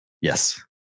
Yes